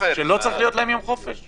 שלא צריך להיות להם יום חופש,